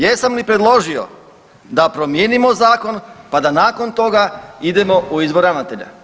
Jesam li predložio da promijenimo Zakon pa da nakon toga idemo u izbor ravnatelja?